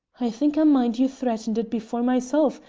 i think i mind you threatened it before myself,